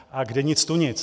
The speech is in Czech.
A kde nic tu nic.